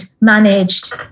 managed